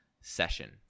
session